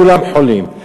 כולם חולים.